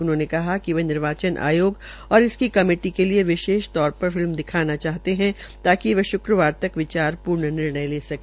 उन्होंने कहा कि वे निर्वाचन आयोग और इसकी कमेटी के लिये विशेषतौर पर फिल्म दिखाना चाहते है ताकि वे शुक्रवार तक विचारपूर्ण निर्णय ले सके